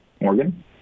Morgan